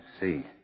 see